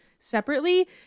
separately